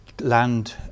land